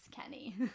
Kenny